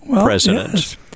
president